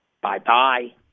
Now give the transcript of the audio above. Bye-bye